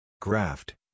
Graft